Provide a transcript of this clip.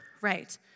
right